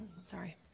Sorry